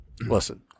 Listen